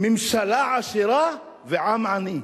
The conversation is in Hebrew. ממשלה עשירה ועם עני,